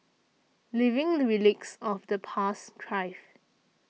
living relics of the past thrive